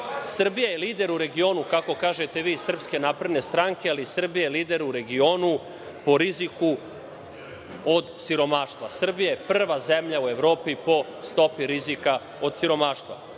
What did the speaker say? decu. Srbija je lider u regionu, kako kažete vi iz SNS, ali Srbija je lider u regionu po riziku od siromaštva. Srbija je prva zemlja u Evropi po stopi rizika od siromaštva.